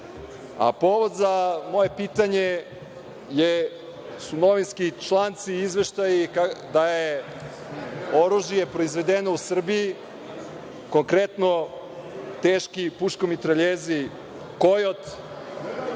Srbije. Povod za moje pitanje su novinski članci i izveštaji da je oružje proizvedeno u Srbiji konkretno teški puško-mitraljezi, „Kojot“,